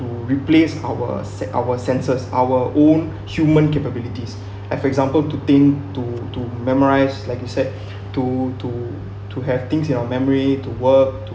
to replace our se~ our senses our own human capabilities at for example to think to to memorise like you said to to to have things in our memory to work to